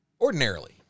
Ordinarily